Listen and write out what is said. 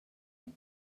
and